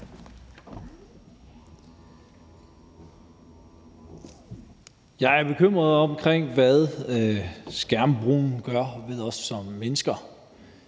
Jeg er bekymret omkring, hvad skærmbrugen gør ved os som mennesker